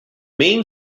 main